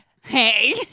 Hey